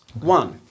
One